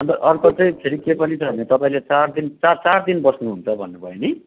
अन्त अर्को चाहिँ फेरि के पनि छ भने तपाईँले चार दिन चार चार दिन बस्नु हुन्छ भन्नु भयो नि